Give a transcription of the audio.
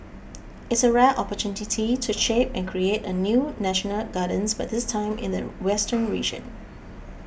it's a rare opportunity to shape and create a new national gardens but this time in the western region